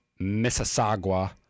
Mississauga